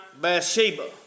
Bathsheba